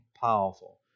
powerful